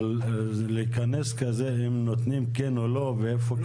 אבל להיכנס לזה אם נותנים כן או לא ואיפה